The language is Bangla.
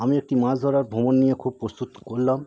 আমি একটি মাছ ধরার ভ্রমণ নিয়ে খুব প্রস্তুত করলাম